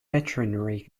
veterinary